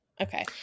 okay